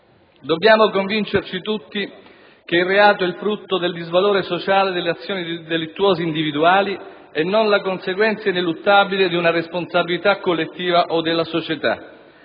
Dobbiamo convincerci tutti che il reato è il frutto del disvalore sociale delle azioni delittuose individuali, non la conseguenza ineluttabile di una responsabilità collettiva o della società.